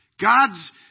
God's